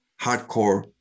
hardcore